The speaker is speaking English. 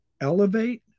elevate